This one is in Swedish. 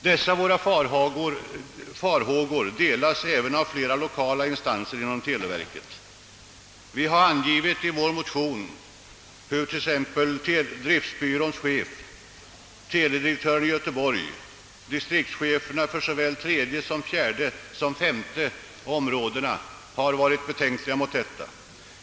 Dessa våra farhågor delas även av flera lokala instanser inom televerket. Vi har i vår motion angivit hurusom t.ex. distriktsbyråns chef, teledirektören i Göteborg, distriktscheferna för III, IV och V distrikten har varit betänksamma mot detta.